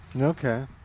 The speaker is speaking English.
Okay